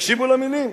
תקשיבו למלים,